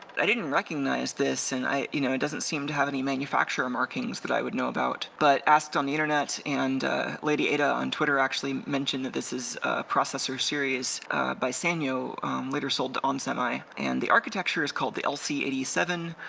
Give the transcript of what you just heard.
i didn't recognize this and i you know it doesn't seem to have any manufacturer markings that i would know about. but asked on the internet and adafruit but on twitter actually mentioned that this is a processor series by sanyo later sold onsemi and the architecture is called the lc eighty seven,